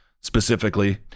specifically